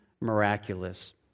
miraculous